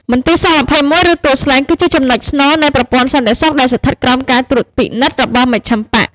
មន្ទីរស-២១ (ឬ ទួលស្លែង) គឺជាចំណុចស្នូលនៃប្រព័ន្ធសន្តិសុខដែលស្ថិតក្រោមការត្រួតពិនិត្យរបស់មជ្ឈិមបក្ស។